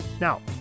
now